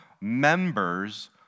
members